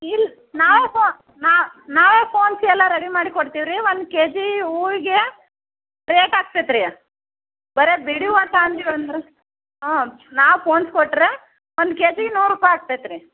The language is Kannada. ಇಲ್ಲ ನಾವು ಪೋ ನಾವೇ ಪೋಣಿಸಿ ಎಲ್ಲ ರೆಡಿ ಮಾಡಿ ಕೊಡ್ತೀವಿ ರೀ ಒಂದು ಕೆಜಿ ಹೂವಿಗೆ ರೇಟ್ ಆಕ್ತದ್ ರೀ ಬರಿ ಬಿಡಿ ಹೂವ ತೋಂತೀವಿ ಅಂದರೆ ಹಾಂ ನಾ ಪೋಣ್ಸಿ ಕೊಟ್ಟರೆ ಒಂದು ಕೆಜಿಗೆ ನೂರು ರೂಪಾಯಿ ಆಗ್ತದ್ ರೀ